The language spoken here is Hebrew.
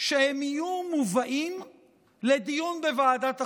שהם יהיו מובאים לדיון בוועדת החוקה.